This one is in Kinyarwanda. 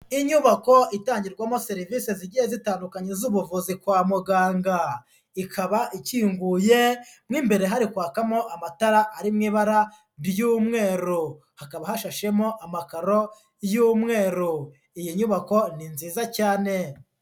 Inyubako itangirwamo serivisi zigiye zitandukanye z'ubuvuzi kwa muganga, ikaba ikinguye mo imbere hari kwakamo amatara ari mu ibara ry'umweru, hakaba hashashemo amakaro y'umweru, iyi nyubako ni nziza cyane.